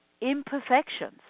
imperfections